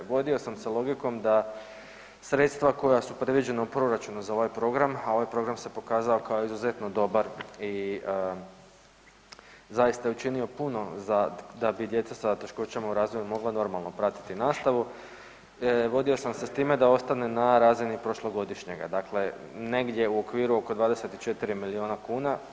Vodio sam se logikom da sredstva koja su predviđena u proračunu za ovaj program, a ovaj program se pokazao kao izuzetno dobar i zaista je učinio puno da bi djeca s teškoćama u razvoju mogla normalno pratiti nastavu vodio sam se time da ostane na razini prošlogodišnjega, dakle negdje u okviru oko 24 milijuna kuna.